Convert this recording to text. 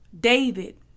David